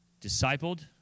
discipled